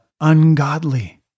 ungodly